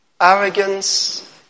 Arrogance